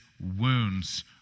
wounds